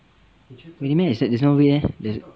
really meh there's no there's no red eh there's